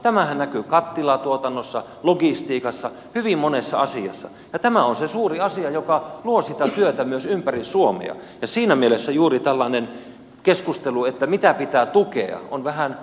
tämähän näkyy kattilatuotannossa logistiikassa hyvin monessa asiassa ja tämä on se suuri asia joka luo sitä työtä myös ympäri suomea ja siinä mielessä juuri tällainen keskustelu että mitä pitää tukea on vähän tunkkaista